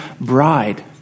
bride